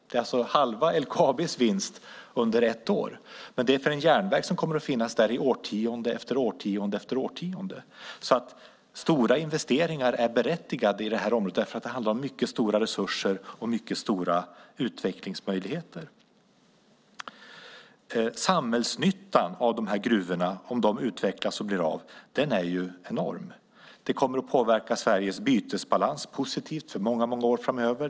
Det är alltså halva LKAB:s vinst under ett år - för en järnväg som kommer att finnas där i årtionde efter årtionde. Stora investeringar är berättigade i området eftersom det handlar om mycket stora resurser och mycket stora utvecklingsmöjligheter. Samhällsnyttan av dessa gruvor, om de blir av och utvecklas, är enorm. Det kommer att påverka Sveriges bytesbalans positivt i många år framöver.